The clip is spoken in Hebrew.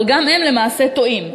אבל גם הם למעשה טועים.